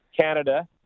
Canada